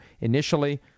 initially